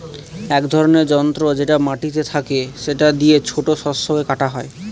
এক ধরনের যন্ত্র যেটা মাটিতে থাকে সেটা দিয়ে ছোট শস্যকে কাটা হয়